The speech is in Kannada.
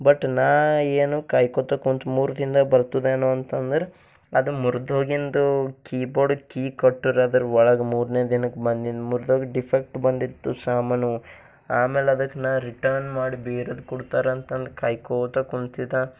ಬಟ್ ನಾ ಏನು ಕಾಯ್ಕೋತ ಕುಂತೆ ಮೂರು ದಿನ್ದಾದೆ ಬರ್ತದೇನೋ ಅಂತಂದ್ರ ಅದು ಮುರಿದೋಗಿಂದೂ ಕೀಬೋರ್ಡ್ ಕೀ ಕೊಟ್ಟರು ಅದ್ರ ಒಳಗೆ ಮೂರನೇ ದಿನಕ್ಕೆ ಬಂದಿಂದು ಮುರಿದೋಗಿ ಡಿಫೆಕ್ಟ್ ಬಂದಿತ್ತು ಸಾಮಾನು ಆಮೇಲ್ ಅದಕ್ಕೆ ನಾ ರಿಟನ್ ಮಾಡಿ ಬೇರೆದು ಕೊಡ್ತರಂತಂದು ಕಾಯ್ಕೋತ ಕುಂತಿದೆ